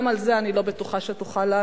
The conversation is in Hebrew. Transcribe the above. גם על זה אני לא בטוחה שתוכל לענות,